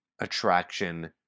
attraction